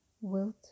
Wilt